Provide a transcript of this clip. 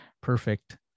perfect